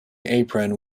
apron